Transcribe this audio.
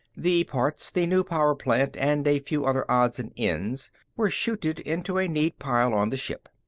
the parts, the new power plant and a few other odds and ends were chuted into a neat pile on the ship.